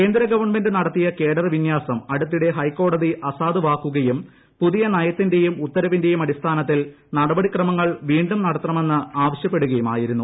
കേന്ദ്ര ഗവൺമെന്റ് നടത്തിയ കേഡർവിന്യാസം അടുത്തിടെ അസാധുവാക്കുകയും പുതിയ നയത്തിന്റെയും ഹൈക്കോടതി ഉത്തരവിന്റെയും അടിസ്ഥാനത്തിൽ നടപടിക്രമങ്ങൾ വീണ്ടും നടത്തണമെന്ന് ആവശ്യപ്പെടുകയുമായിരുന്നു